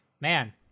man